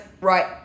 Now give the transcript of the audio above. right